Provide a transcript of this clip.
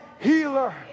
healer